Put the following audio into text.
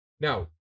now